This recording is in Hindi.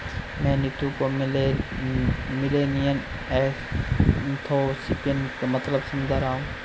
मैं नीतू को मिलेनियल एंटरप्रेन्योरशिप का मतलब समझा रहा हूं